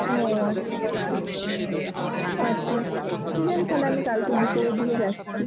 ও আচ্ছা আচ্ছা আচ্ছা আচ্ছা ঠিক আছে তাহলে আমি কালকে বিকেলের দিকে যাচ্ছি